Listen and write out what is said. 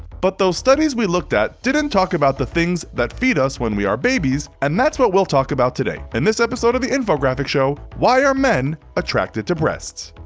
but those studies we looked at didn't talk about the things that feed us when we are babies, and that's what we'll talk about today in and this episode of the infographics show, why are men attracted to breasts?